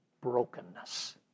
brokenness